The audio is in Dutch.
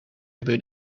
hebben